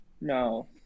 No